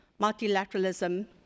multilateralism